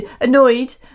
annoyed